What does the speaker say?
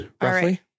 roughly